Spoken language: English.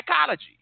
psychology